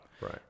Right